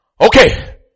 Okay